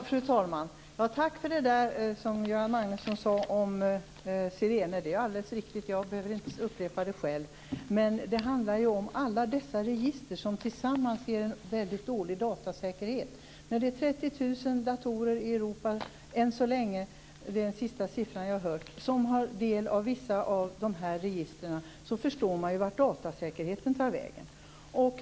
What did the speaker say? Fru talman! Tack för det som Göran Magnusson sade om SIRENE. Det är alldeles riktigt. Jag behöver inte upprepa det själv. Men det handlar om alla dessa register som tillsammans ger en mycket dålig datasäkerhet. När det är 30 000 datorer i Europa - det är den senaste siffran som jag har hört - som har del av vissa av dessa register förstår man ju hur det blir med datasäkerheten.